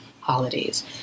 holidays